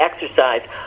exercise